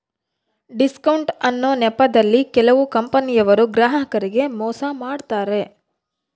discount ಅನ್ನೊ ನೆಪದಲ್ಲಿ ಕೆಲವು ಕಂಪನಿಯವರು ಗ್ರಾಹಕರಿಗೆ ಮೋಸ ಮಾಡತಾರೆ